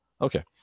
Okay